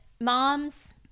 moms